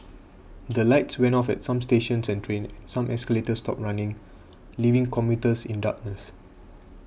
the lights went off at some stations and trains and some escalators stopped running leaving commuters in darkness